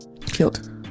killed